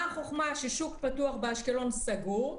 מה החכמה ששוק פתוח באשקלון סגור,